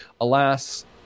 alas